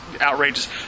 outrageous